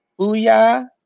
booyah